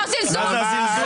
לא זלזול.